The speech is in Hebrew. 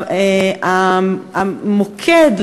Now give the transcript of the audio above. המוקד,